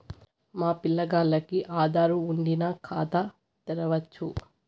మా పిల్లగాల్లకి ఆదారు వుండిన ఖాతా తెరవచ్చు